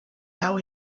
tau